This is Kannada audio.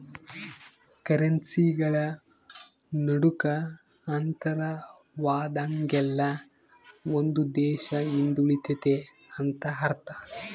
ಕರೆನ್ಸಿಗಳ ನಡುಕ ಅಂತರವಾದಂಗೆಲ್ಲ ಒಂದು ದೇಶ ಹಿಂದುಳಿತೆತೆ ಅಂತ ಅರ್ಥ